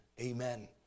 Amen